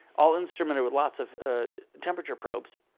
all instrumented with lots of temperature probes.